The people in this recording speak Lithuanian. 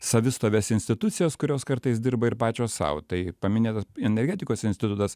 savistoves institucijas kurios kartais dirba ir pačios sau tai paminėtas energetikos institutas